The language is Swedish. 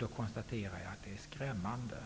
Jag konstaterar att det är skrämmande: